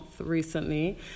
recently